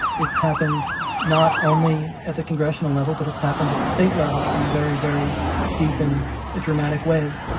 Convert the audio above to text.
it's happened not only at the congressional level, but it's happened at the state level in very, very deep and dramatic ways.